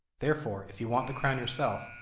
therefore, if you want the crown yourself,